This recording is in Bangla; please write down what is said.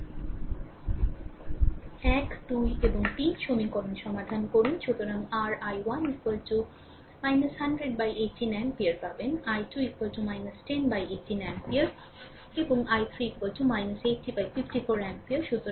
1 2 এবং 3 সমীকরণটি সমাধান করুন সুতরাং r i1 10018 অ্যাম্পিয়ার পাবেন i2 1018 অ্যাম্পিয়ার এবং i3 8054 অ্যাম্পিয়ার